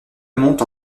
monte